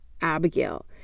Abigail